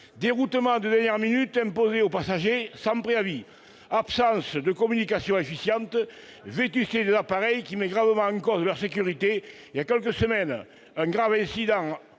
déroutements de dernière minute imposés aux passagers sans préavis, absence de communication efficiente, vétusté des appareils qui met gravement en cause leur sécurité- voilà quelques semaines, le capot